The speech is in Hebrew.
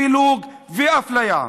פילוג ואפליה.